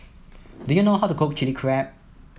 do you know how to cook Chili Crab